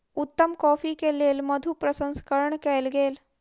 उत्तम कॉफ़ी के लेल मधु प्रसंस्करण कयल गेल